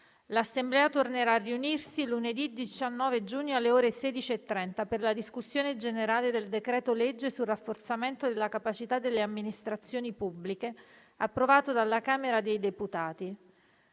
L'Assemblea tornerà a riunirsi lunedì 19 giugno, alle ore 16,30, per la discussione generale del decreto-legge sul rafforzamento della capacità delle amministrazioni pubbliche, approvato dalla Camera dei deputati.